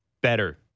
better